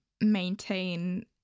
maintain